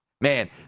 Man